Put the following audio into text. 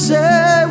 Say